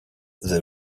the